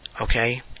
Okay